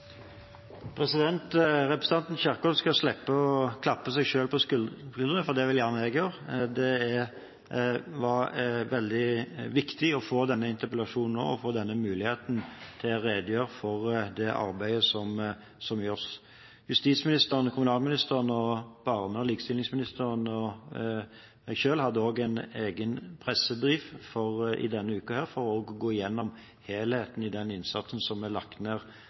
Representanten Kjerkol skal slippe å klappe seg selv på skulderen, for det vil gjerne jeg gjøre. Det var veldig viktig å få denne interpellasjonen nå og få denne muligheten til å redegjøre for det arbeidet som gjøres. Justisministeren, kommunalministeren, barne- og likestillingsministeren og jeg selv hadde også en egen pressebrief i denne uka for å gå gjennom helheten i den innsatsen som er lagt ned